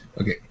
Okay